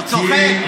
הוא צוחק.